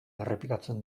errepikatzen